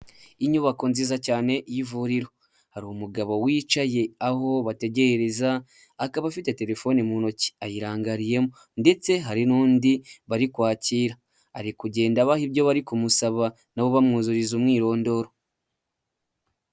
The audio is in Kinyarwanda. Inyubako nziza cyane y'ivuriro. Hari umugabo wicaye aho bategerereza, akaba afite telefoni mu ntoki ayirangariyemo. Ndetse hari n'undi bari kwakira ari kugenda abaha ibyo bari kumusaba, nabo bamwuzuriza umwirondoro.